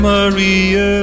Maria